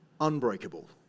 unbreakable